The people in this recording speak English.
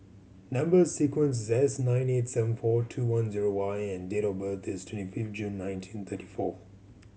number sequence S nine eight seven four two one zero Y and date of birth is twenty fifth June nineteen thirty four